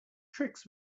tricks